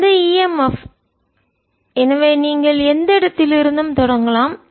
அந்த e m f எனவே நீங்கள் எந்த இடத்திலிருந்தும் தொடங்கலாம்